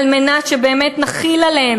על מנת שבאמת נחיל עליהם,